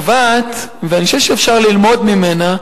ואני חושב שאפשר ללמוד ממנה,